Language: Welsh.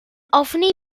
ofni